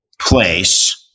place